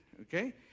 Okay